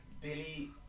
Billy